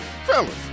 Fellas